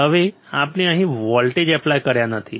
હવે આપણે અહીં કોઈ વોલ્ટેજ એપ્લાય કર્યા નથી